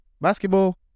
Basketball